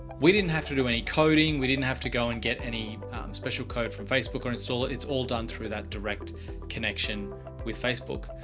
we didn't have to do any coding. we didn't have to go and get any special code from facebook or install it. it's all done through that direct connection with facebook.